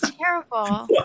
terrible